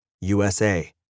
USA